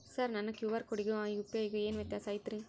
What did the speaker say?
Sir ನನ್ನ QR ಕೊಡಿಗೂ ಆ ಯು.ಪಿ.ಐ ಗೂ ಏನ್ ವ್ಯತ್ಯಾಸ ಐತ್ರಿ?